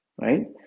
right